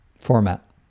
format